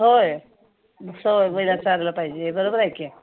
होय स पाहिजे बरोबर आहे की